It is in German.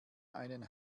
einen